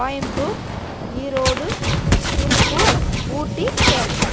கோயமுத்தூர் ஈரோடு ஸ் திருப்பூர் ஊட்டி சேலம்